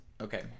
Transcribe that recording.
Okay